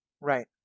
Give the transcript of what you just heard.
right